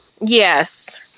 Yes